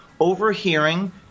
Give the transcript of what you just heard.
overhearing